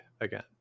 again